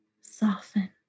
Soften